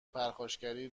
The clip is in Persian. پرخاشگری